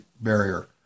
barrier